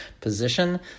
position